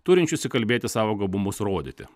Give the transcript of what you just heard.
turinčius įkalbėti savo gabumus rodyti